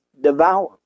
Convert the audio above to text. devour